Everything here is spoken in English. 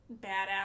badass